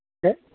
sir